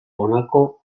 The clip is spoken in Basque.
honako